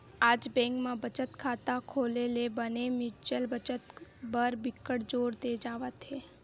आज बेंक म बचत खाता खोले ले बने म्युचुअल बचत खाता बर बिकट जोर दे जावत हे